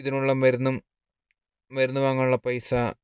ഇതിനുള്ള മരുന്നും മരുന്ന് വാങ്ങാനുള്ള പൈസ